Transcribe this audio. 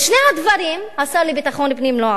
את שני הדברים השר לביטחון פנים לא עשה.